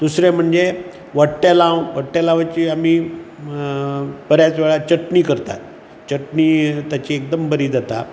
दुसरें म्हणजें वट्टेलांव वट्टेलांवाची आमी बरेंच वेळां चटणी करतात चटणी ताची एकदम बरी जाता